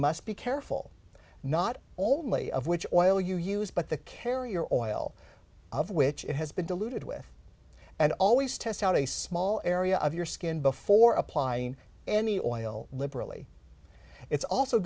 must be careful not only of which oil you use but the carrier oil of which it has been diluted with and always test out a small area of your skin before applying any oil liberally it's also